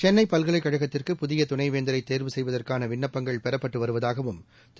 சென்னை பல்கலைக்கழகத்திற்கு புதிய துணைவேந்தரை தோ்வு செய்வதற்கான விண்ணப்பங்கள் பெறப்பட்டு வருவதாகவும் திரு